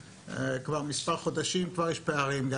וכבר תוך מספר חודשים יש פערים של